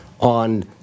on